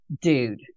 Dude